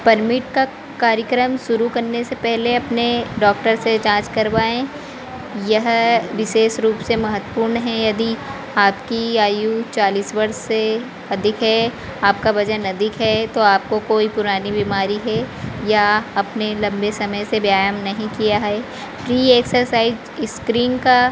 permit का कार्यक्रम शुरू करने से पहले अपने डॉक्टर से जाँच करवाएँ यह विशेष रूप से महत्वपूर्ण है यदि आपकी आयु चालीस वर्ष से अधिक है आपका वजन अधिक है तो आपको कोई पुरानी बीमारी है या अपने लंबे समय से व्यायाम नहीं किया है प्री एक्सरसाइज इस्क्रीन का